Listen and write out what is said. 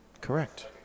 Correct